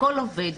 הכול עובד,